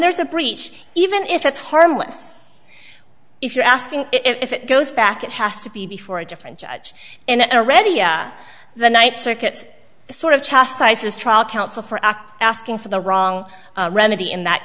there's a breach even if it's harmless if you're asking if it goes back it has to be before a different judge in a ready the night circuit sort of chastises trial counsel for act asking for the wrong remedy in that